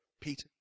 Peter